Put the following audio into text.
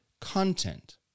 content